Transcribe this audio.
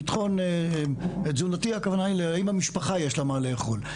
ביטחון תזונתי הכוונה היא ל-האם המשפחה יש לה מה לאכול,